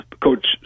Coach